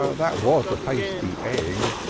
ah that was a tasty egg,